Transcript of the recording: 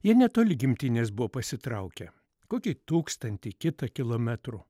jie netoli gimtinės buvo pasitraukę kokį tūkstantį kitą kilometrų